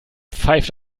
pfeift